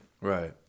Right